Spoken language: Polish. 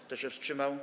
Kto się wstrzymał?